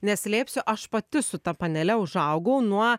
neslėpsiu aš pati su ta panele užaugau nuo